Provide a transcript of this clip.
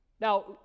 Now